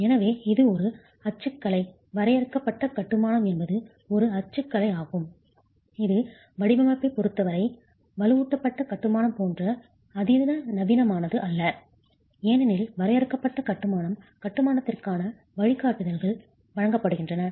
எனவே இது ஒரு அச்சுக்கலை வரையறுக்கப்பட்ட கட்டுமானம் என்பது ஒரு அச்சுக்கலை ஆகும் இது வடிவமைப்பைப் பொருத்தவரை வலுவூட்டப்பட்ட கட்டுமானம் போன்ற அதிநவீனமானது அல்ல ஏனெனில் வரையறுக்கப்பட்ட கட்டுமானம் கட்டுமானத்திற்கான வழிகாட்டுதல்கள் வழங்கப்படுகின்றன